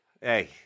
Hey